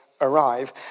arrive